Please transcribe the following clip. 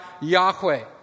Yahweh